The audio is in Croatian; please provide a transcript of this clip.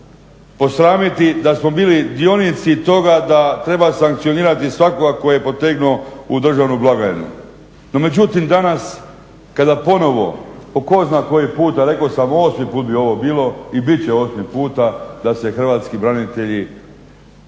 da smo bili dionici toga da treba sankcionirati svakoga tko je potegnuo u državnu blagajnu. No međutim, danas kada ponovo po tko zna koji puta, rekao sam 8 put bi ovo bilo i bit će osmi puta da se hrvatski branitelji